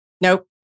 Nope